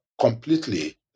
completely